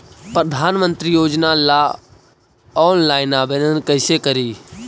प्रधानमंत्री योजना ला ऑनलाइन आवेदन कैसे करे?